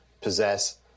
possess